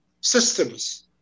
systems